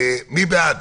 מי בעד?